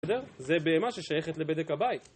זהו. זה בהמה ששייכת לבדק הבית